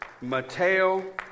Mateo